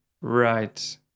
right